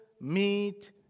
meet